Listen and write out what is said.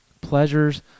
pleasures